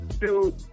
Dude